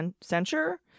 censure